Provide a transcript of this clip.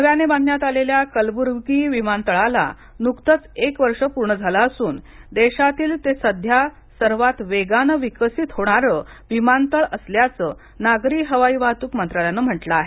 नव्याने बांधण्यात आलेल्या कलबुर्गी विमानतळाला नुकतच एक वर्ष पूर्ण झालं असून देशातील ते सध्या सर्वात वेगाने विकसित होणारं विमानतळ असल्याच नागरी हवाई वाहतूक मंत्रालयाने म्हंटल आहे